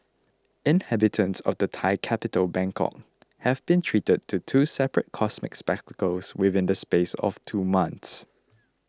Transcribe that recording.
inhabitants of the Thai capital Bangkok have been treated to two separate cosmic spectacles within the space of two months